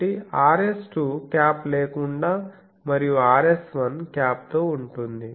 కాబట్టి R s2 cap లేకుండా మరియు R s1 క్యాప్ తో ఉంటుంది